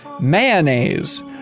Mayonnaise